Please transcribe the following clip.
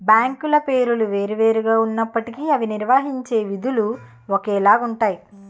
బ్యాంకుల పేర్లు వేరు వేరు గా ఉన్నప్పటికీ అవి నిర్వహించే విధులు ఒకేలాగా ఉంటాయి